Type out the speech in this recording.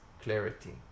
clarity